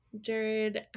Jared